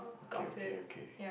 okay okay okay